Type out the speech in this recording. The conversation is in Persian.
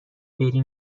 بری